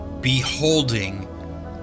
beholding